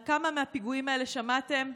על כמה מהפיגועים האלה שמעתם?